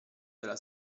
della